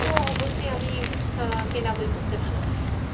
তো অবশ্যই আমি কেনা বই পড়তে ভালোবাসি